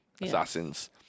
assassins